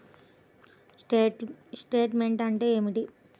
Statement అంటే ఏమిటి?